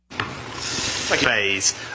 phase